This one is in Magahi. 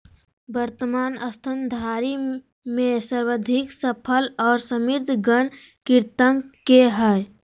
वर्तमान स्तनधारी में सर्वाधिक सफल और समृद्ध गण कृंतक के हइ